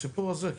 הסיפור הזה.